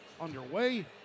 underway